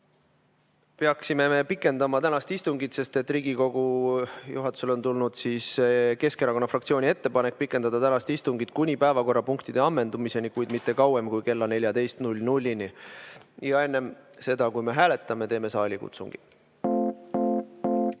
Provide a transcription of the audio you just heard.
peaksime pikendama tänast istungit, sest Riigikogu juhatusele on tulnud Keskerakonna fraktsiooni ettepanek pikendada tänast istungit kuni päevakorrapunktide ammendumiseni, kuid mitte kauem kui kella 14-ni. Enne seda, kui me hääletame, teeme saalikutsungi.